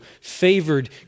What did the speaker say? favored